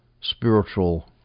spiritual